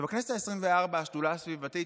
בכנסת העשרים-וארבע השדולה הסביבתית,